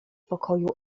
pokoju